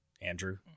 andrew